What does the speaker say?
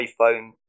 iPhone